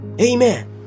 Amen